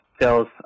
sales